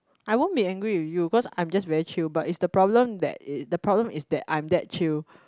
I won't be angry with you cause I am just very chill but is the problem that is the problem is that I am that chill